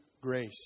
grace